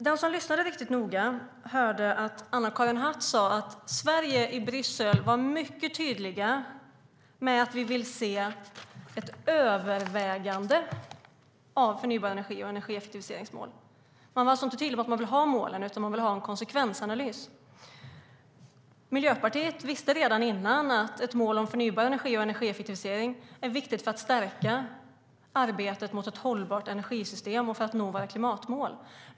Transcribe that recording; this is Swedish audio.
Den som lyssnade riktigt noga hörde att Anna-Karin Hatt sade att Sverige var mycket tydligt i Bryssel med att vi vill se ett övervägande av förnybara energi och effektiviseringsmål. Man var alltså inte tydlig med att man vill ha målen; man vill ha en konsekvensanalys. Miljöpartiet visste redan innan att ett mål om förnybar energi och energieffektivisering är viktigt för att stärka arbetet mot ett hållbart energisystem och för att nå våra klimatmål.